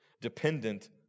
dependent